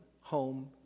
home